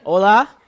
Hola